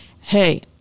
hey